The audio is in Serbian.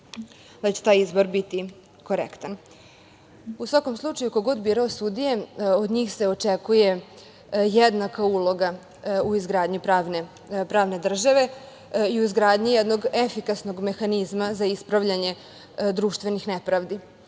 da će taj izbor biti korektan.U svakom slučaju, ko god bude birao sudije, od njih se očekuje jednaka uloga u izgradnji pravne države i izgradnji jednog efikasnog mehanizma za ispravljanje društvenih nepravdi,